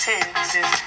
Texas